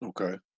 Okay